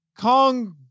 Kong